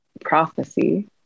prophecy